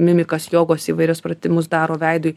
mimikas jogos įvairius pratimus daro veidui